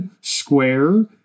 Square